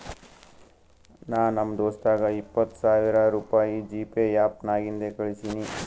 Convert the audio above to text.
ನಾ ನಮ್ ದೋಸ್ತಗ ಇಪ್ಪತ್ ಸಾವಿರ ರುಪಾಯಿ ಜಿಪೇ ಆ್ಯಪ್ ನಾಗಿಂದೆ ಕಳುಸಿನಿ